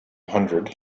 hundred